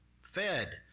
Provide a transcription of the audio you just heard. fed